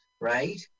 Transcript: right